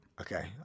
Okay